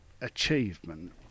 achievement